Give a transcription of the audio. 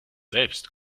selbst